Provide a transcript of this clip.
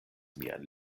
mian